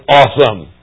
awesome